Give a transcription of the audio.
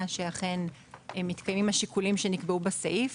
שאכן מתקיימים השיקולים שנקבעו בסעיף